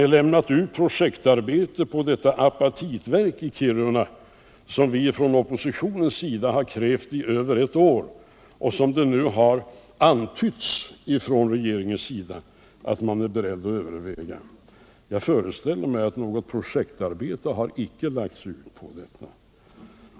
Har ni lämnat ut projektarbete på det apatitverk i Kiruna, som vi från oppositionens sida har krävt i över ett år och som det nu har antytts från regeringens sida att man är beredd att överväga? Jag föreställer mig att något projektarbete inte har lagts ut.